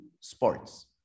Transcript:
sports